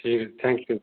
ਠੀਕ ਹੈ ਜੀ ਥੈਂਕ ਯੂ